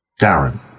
Darren